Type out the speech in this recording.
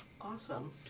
Awesome